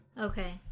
Okay